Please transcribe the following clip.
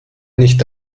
nicht